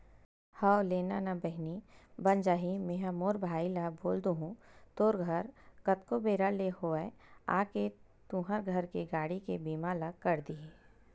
हव लेना ना बहिनी बन जाही मेंहा मोर भाई ल बोल दुहूँ तोर घर कतको बेरा ले होवय आके तुंहर घर के गाड़ी के बीमा ल कर दिही